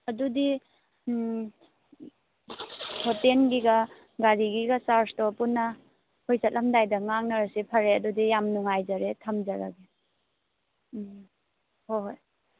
ꯑꯗꯨꯗꯤ ꯍꯣꯇꯦꯜꯒꯤꯒ ꯒꯥꯔꯤꯒꯤꯒ ꯆꯥꯔꯖꯇꯣ ꯄꯨꯟꯅ ꯑꯩꯈꯣꯏ ꯆꯠꯂꯝꯗꯥꯏꯗ ꯉꯥꯡꯅꯔꯁꯦ ꯐꯔꯦ ꯑꯗꯨꯗꯤ ꯌꯥꯝ ꯅꯨꯡꯉꯥꯏꯖꯔꯦ ꯊꯝꯖꯔꯒꯦ ꯎꯝ ꯍꯣ ꯍꯣꯏ